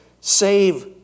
Save